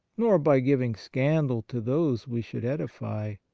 nor by giving scandal to those we should edify,